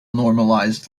normalized